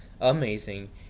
amazing